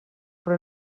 però